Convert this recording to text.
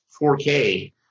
4k